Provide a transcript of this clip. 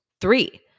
Three